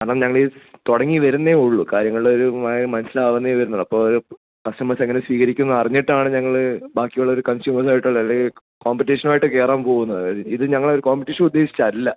കാരണം ഞങ്ങൾ ഇത് തുടങ്ങി വരുന്നതേ ഉള്ളൂ കാര്യങ്ങളൊരു മനസ്സിലാവുന്നേ വരുന്നുള്ളു അപ്പോൾ ഒരു കസ്റ്റമേഴ്സ് എങ്ങനെ സ്വീകരിക്കും എന്ന് അറിഞ്ഞിട്ടാണ് ഞങ്ങൾ ബാക്കിയുള്ള ഒരു കൺസ്യൂമേസ്സ് ആയിട്ടുള്ളത് അല്ലെങ്കിൽ കോമ്പറ്റിഷൻ ആയിട്ട് കയറാൻ പോവുന്നത് അതായത് ഇത് ഞങ്ങൾ ഒരു കോമ്പറ്റിഷൻ ഉദ്ദേശിച്ചല്ല